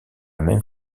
même